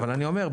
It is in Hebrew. אבל אני אומר,